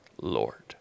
Lord